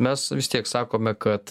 mes vis tiek sakome kad